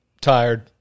Tired